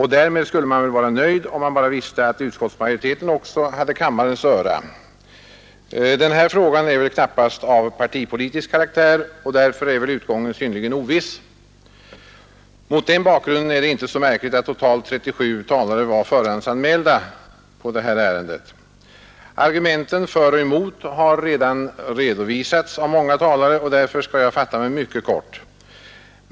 Därmed skulle man väl vara nöjd, om man bara visste att utskottsmajoriteten också hade kammarens öra. Den här frågan är knappast av partipolitisk karaktär, och därför är väl utgången synnerligen oviss. Mot den bakgrunden är det inte så märkligt, att totalt 37 talare var förhandsanmälda vid detta ärende. Argumenten för och emot har redan redovisats av många talare, och därför skall jag fatta mig mycket kort.